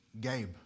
Gabe